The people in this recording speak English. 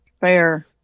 Fair